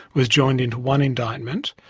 was joined into one indictment.